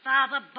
Father